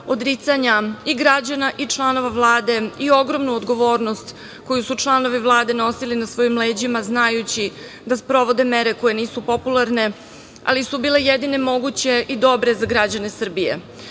odricanja i građana i članova Vlade, ogromnu odgovornost koju su članovi Vlade nosili na svojim leđima, znajući da sprovode mere koje nisu popularne, ali su bile jedine moguće i dobre za građane Srbije,